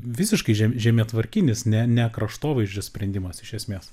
visiškai žemi žemėtvarkinis ne ne kraštovaizdžio sprendimas iš esmės